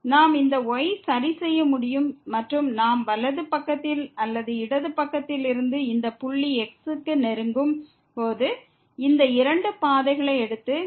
நாம் இந்த yஐ சரி செய்ய முடியும் மற்றும் நாம் வலது பக்கத்தில் அல்லது இடது பக்கத்தில் இருந்து இந்த புள்ளி x க்கு நெருங்கும் போது இந்த இரண்டு பாதைகளை எடுக்கலாம்